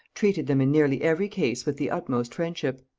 treated them in nearly every case with the utmost friendship.